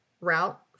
route